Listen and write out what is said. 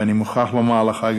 ואני מוכרח לומר לך,